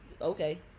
okay